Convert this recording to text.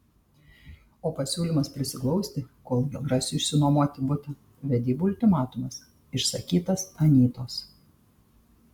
o pasiūlymas prisiglausti kol vėl rasiu išsinuomoti butą vedybų ultimatumas išsakytas anytos